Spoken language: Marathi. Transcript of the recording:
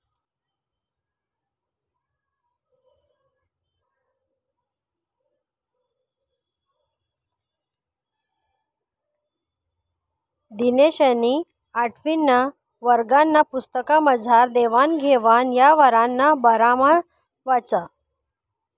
दिनेशनी आठवीना वर्गना पुस्तकमझार देवान घेवान यवहारना बारामा वाचं